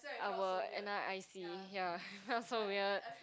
our N_R_I_C ya it felt so weird